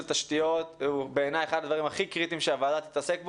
התשתיות הוא בעיניי אחד הדברים הכי קריטיים שהוועדה תתעסק בהם,